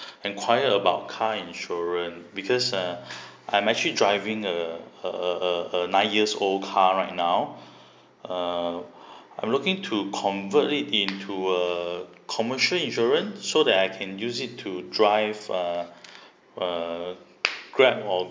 enquire about car insurance because uh I'm actually driving uh a a a nine years old car right now uh I'm looking to convert it into a commercial insurance so that I can use it to drive uh err grab or